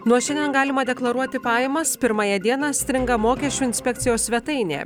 nuo šiandien galima deklaruoti pajamas pirmąją dieną stringa mokesčių inspekcijos svetainė